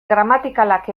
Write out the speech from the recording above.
gramatikalak